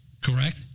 correct